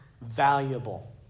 valuable